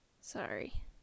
Sorry